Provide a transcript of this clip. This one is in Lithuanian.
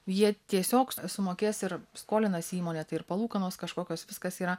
jie tiesiog sumokės ir skolinasi įmonė tai ir palūkanos kažkokios viskas yra